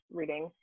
reading